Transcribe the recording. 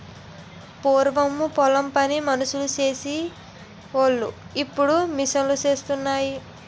పూరము పొలం పని మనుసులు సేసి వోలు ఇప్పుడు మిషన్ లూసేత్తన్నాయి